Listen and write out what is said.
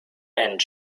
and